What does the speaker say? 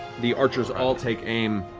the archers all take aim.